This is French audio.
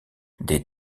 des